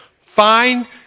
Find